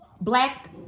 black